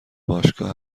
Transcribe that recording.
باشگاه